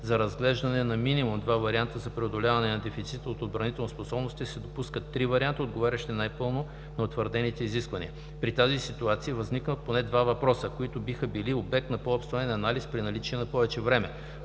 за разглеждане на минимум два варианта за преодоляване на дефицита от отбранителни способности се допускат 3 варианта, отговарящи най-пълно на утвърдените изисквания. При тази ситуация възникват поне два въпроса, които биха били обект на по-обстоен анализ при наличие на повече време: